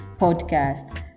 podcast